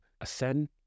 ascend